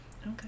okay